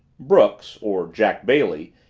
brooks or jack bailey,